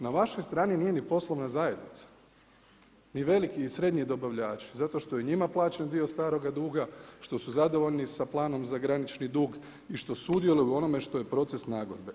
Na vašoj strani nije ni poslovna zajednica, ni veliki ni srednji dobavljači zato što je njima plaćen dio staroga duga, što su zadovoljni sa planom za granični dug i što sudjeluju u onome što je proces nagodbe.